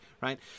Right